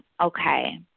okay